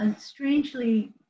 strangely